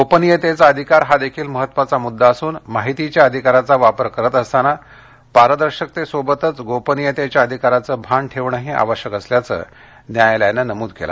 गोपनीयतेचा अधिकार हा देखील महत्वाचा मुद्दा असून माहितीच्या अधिकाराचा वापर करत असताना पारदर्शकतेबरोबरच गोपनीयतेच्या अधिकाराचं भान ठेवणंही आवश्यक असल्याचं न्यायालयानं नमूद केलं